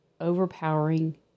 overpowering